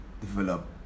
develop